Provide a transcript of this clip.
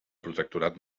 protectorat